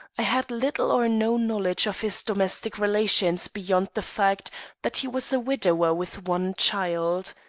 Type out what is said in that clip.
i had little or no knowledge of his domestic relations beyond the fact that he was a widower with one child.